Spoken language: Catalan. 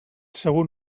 segur